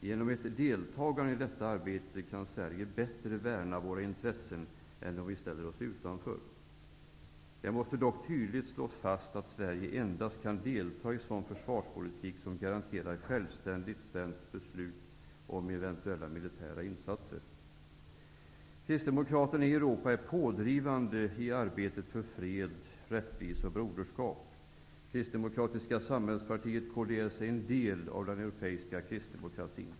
Genom ett deltagande i detta arbete kan vi i Sverige bättre värna våra intressen än om vi ställer oss utanför. Det måste dock tydligt slås fast att Sverige endast kan delta i sådan försvarspolitik som garanterar självständiga svenska beslut om eventuella militära insatser. Kristdemokraterna i Europa är pådrivande i arbetet för fred, rättvisa och broderskap. Kristdemokratiska samhällspartiet, kds, är en del av den europeiska kristdemokratin!